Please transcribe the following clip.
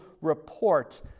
report